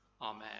Amen